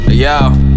Y'all